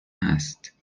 هست